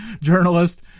journalist